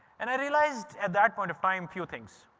and i realised at that point of time, few things.